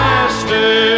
Master